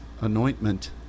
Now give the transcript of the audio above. anointment